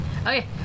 Okay